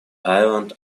island